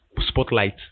spotlight